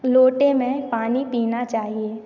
लोटे में पानी पीना चाहिए